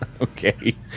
Okay